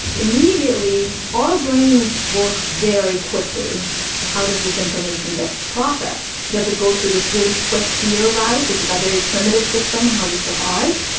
immediately our brains work very quickly how does this information get processed. does it go through this really quick fear route, which is our very primitive system, how we survived?